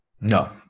No